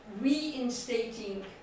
reinstating